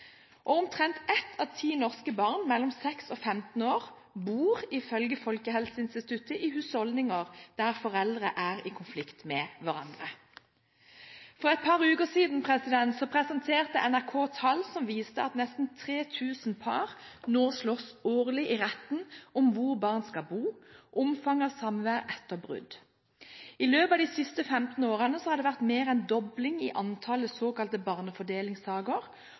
retten. Omtrent ett av ti norske barn mellom 6 og 15 år bor ifølge Folkehelseinstituttet i husholdninger der foreldrene er i konflikt med hverandre. For et par uker siden presenterte NRK tall som viste at nesten 3 000 par nå slåss årlig i retten om hvor barna skal bo, og om omfanget av samvær etter brudd. I løpet av de siste 15 årene har det vært mer enn en dobling i antallet såkalte barnefordelingssaker,